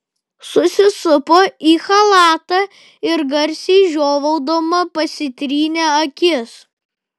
susisupo į chalatą ir garsiai žiovaudama pasitrynė akis